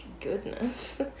goodness